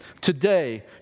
today